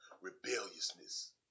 Rebelliousness